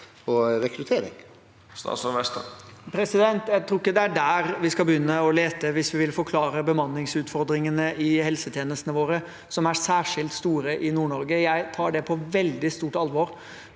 og rekruttering? Statsråd Jan Christian Vestre Jeg tror ikke det er der vi skal begynne å lete hvis vi vil forklare bemanningsutfordringene i helsetjenestene våre, som er særskilt store i Nord-Norge. Jeg tar det på veldig stort alvor,